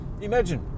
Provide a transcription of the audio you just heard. Imagine